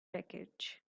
wreckage